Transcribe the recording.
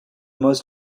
most